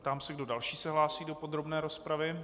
Ptám se, kdo další se hlásí do podrobné rozpravy.